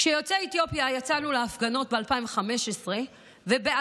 כשיוצאי אתיופיה, כשיצאנו להפגנות ב-2015 וב-2019,